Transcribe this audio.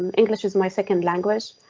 um english is my second language.